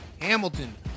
Hamilton